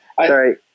Sorry